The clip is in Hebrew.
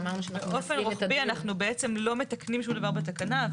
באופן רוחבי אנחנו בעצם לא מתקנים שום דבר בתקנה.